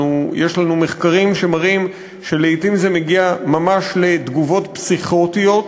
יש לנו מחקרים שמראים שלעתים זה מגיע ממש לתגובות פסיכוטיות.